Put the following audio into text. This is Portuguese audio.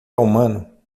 humano